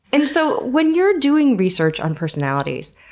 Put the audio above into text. and so, when you're doing research on personalities,